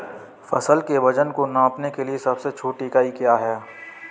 फसल के वजन को नापने के लिए सबसे छोटी इकाई क्या है?